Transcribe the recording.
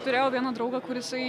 turėjau vieną draugą kur jisai